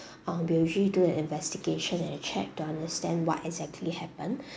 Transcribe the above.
um we usually do an investigation and a check to understand what exactly happened